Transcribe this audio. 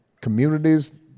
communities